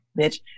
bitch